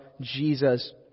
Jesus